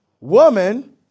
woman